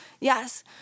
Yes